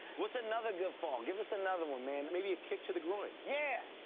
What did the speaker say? what's another good fall? give us another one, man. maybe a kick to the groin. yeah,